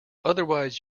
otherwise